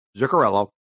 Zuccarello